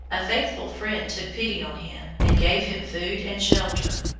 a faithful friend took pity on him and gave him food and shelter.